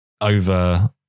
over